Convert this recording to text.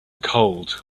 cold